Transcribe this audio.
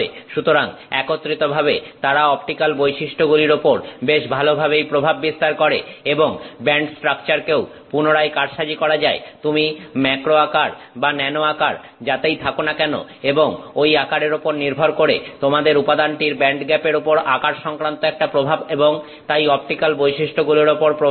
সুতরাং একত্রিতভাবে তারা অপটিক্যাল বৈশিষ্ট্যগুলির উপর বেশ ভালোভাবেই প্রভাব বিস্তার করে এবং ব্যান্ড স্ট্রাকচারকেও পুনরায় কারসাজি করা যায় তুমি ম্যাক্রো আকার বা ন্যানো আকার যাতেই থাকো না কেন এবং ওই আকারের ওপর নির্ভর করে তোমাদের উপাদানটির ব্যান্ডগ্যাপের উপর আকার সংক্রান্ত একটা প্রভাব এবং তাই অপটিক্যাল বৈশিষ্ট্যগুলির উপর প্রভাব থাকবে